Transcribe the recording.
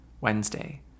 Wednesday